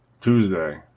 Tuesday